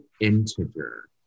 Integer